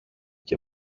και